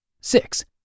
Six